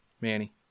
Manny